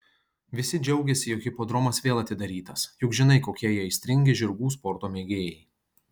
visi džiaugiasi jog hipodromas vėl atidarytas juk žinai kokie jie aistringi žirgų sporto mėgėjai